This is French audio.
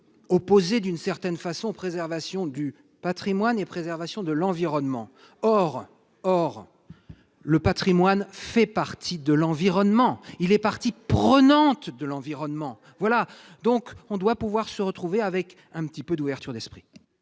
opposer d'une certaine façon, préservation du Patrimoine et préservation de l'environnement, or, or le Patrimoine fait partie de l'environnement, il est partie prenante de l'environnement, voilà donc on doit pouvoir se retrouver avec un petit peu d'ouverture d'esprit.